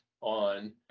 on